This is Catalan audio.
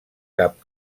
cap